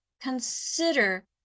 consider